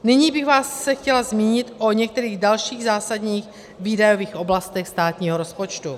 Nyní bych se chtěla zmínit o některých dalších zásadních výdajových oblastech státního rozpočtu.